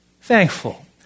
thankful